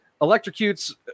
electrocutes